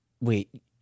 Wait